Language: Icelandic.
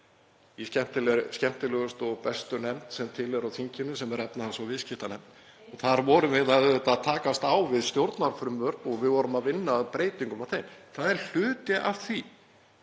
í skemmtilegustu og bestu nefnd sem til er á þinginu, sem er efnahags- og viðskiptanefnd. Þar vorum við að takast á við stjórnarfrumvörp og vorum að vinna að breytingum á þeim. Hluti af því